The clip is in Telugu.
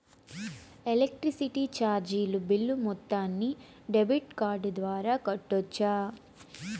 ఎలక్ట్రిసిటీ చార్జీలు బిల్ మొత్తాన్ని డెబిట్ కార్డు ద్వారా కట్టొచ్చా?